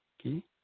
okay